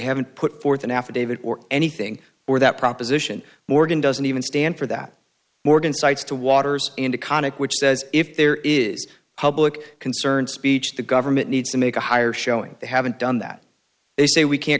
haven't put forth an affidavit or anything or that proposition morgan doesn't even stand for that morgan cites to waters into conic which says if there is public concern speech the government needs to make a higher showing they haven't done that they say we can't